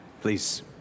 Please